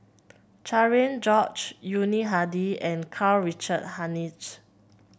Cherian George Yuni Hadi and Karl Richard Hanitsch